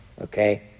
Okay